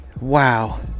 Wow